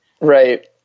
right